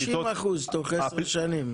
30% תוך עשר שנים.